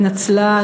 התנצלה,